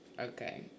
Okay